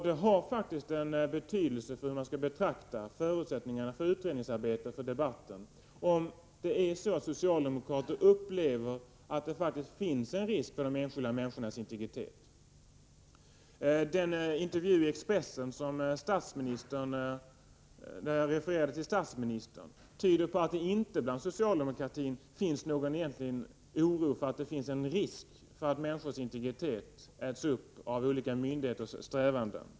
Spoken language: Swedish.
Det har faktiskt betydelse för hur man skall betrakta förutsättningarna för utredningsarbetet och debatten om socialdemokrater upplever att det i realiteten finns en risk för de enskilda människornas integritet. Den intervju med statsministern i Expressen som jag refererade till tyder inte på att man inom socialdemokratin hyser någon egentlig oro för att det finns en risk för att människors integritet äts upp av olika myndigheters strävanden.